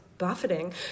buffeting